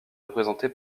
représentée